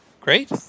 great